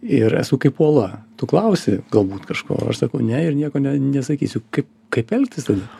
ir esu kaip uola tu klausi galbūt kažko o aš sakau ne ir nieko ne nesakysiu kaip kaip elgtis tada